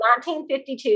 1952